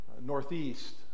northeast